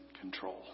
control